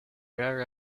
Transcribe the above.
rare